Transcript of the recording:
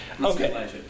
Okay